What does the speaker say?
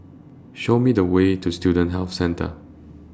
Show Me The Way to Student Health Centre